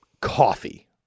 coffee